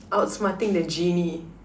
outsmarting the genie